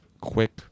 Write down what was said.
quick